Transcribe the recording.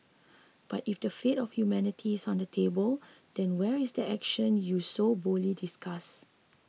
but if the fate of humanity is on the table then where is the action you so boldly discuss